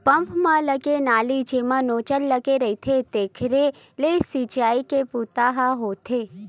pump म लगे नली जेमा नोजल लगे रहिथे तेखरे ले छितई के बूता ह होथे